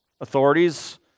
authorities